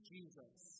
Jesus